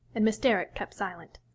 and miss derrick kept silence.